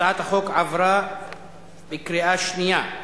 הצעת החוק עברה בקריאה שנייה.